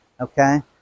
okay